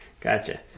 Gotcha